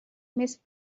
miss